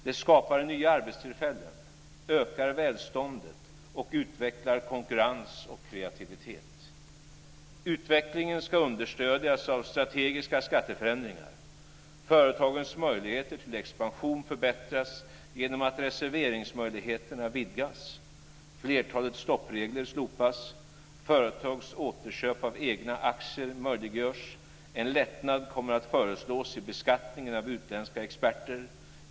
Det skapar nya arbetstillfällen, ökar välståndet och utvecklar konkurrens och kreativitet. Utvecklingen ska understödjas av strategiska skatteförändringar. Företagens möjligheter till expansion förbättras genom att reserveringsmöjligheterna vidgas. Flertalet stoppregler slopas. Företags återköp av egna aktier möjliggörs. En lättnad kommer att föreslås i beskattningen av utländska experter.